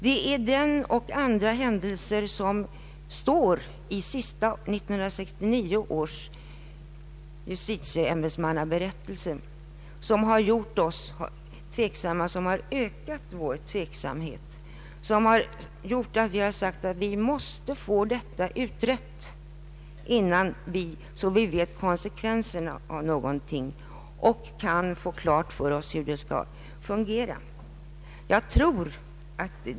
Det är denna och andra händelser, som står beskrivna i 1969 års justitieombudsmannaberättelse, som har ökat vår tveksamhet. Vi har sagt oss att denna fråga måste utredas så att vi får klart för oss hur en ny ordning skall fungera.